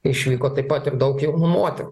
išvyko taip pat ir daug jaunų moterų